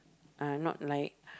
uh not like